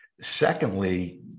secondly